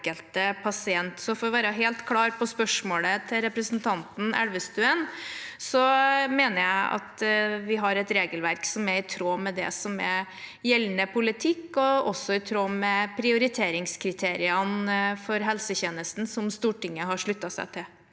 For å være helt klar på spørsmålet til representanten Elvestuen, så mener jeg at vi har et regelverk som er i tråd med det som er gjeldende politikk, og også i tråd med prioriteringskriteriene for helsetjenesten, som Stortinget har sluttet seg til.